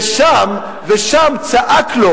ושם צעק לו